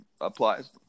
applies